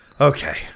Okay